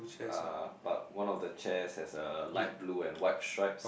uh but one of the chairs has a light blue and white stripes